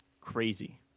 crazy